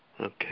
Okay